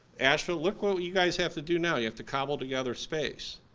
ashland. look what you guys have to do now, you have to cobble together space.